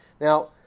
Now